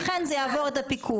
לכן זה יעבור את הפיקוח,